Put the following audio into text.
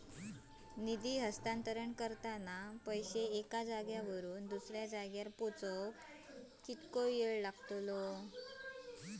निधी हस्तांतरण करताना पैसे एक्या जाग्यावरून दुसऱ्या जाग्यार पोचाक कितको वेळ लागतलो?